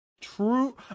True